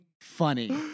funny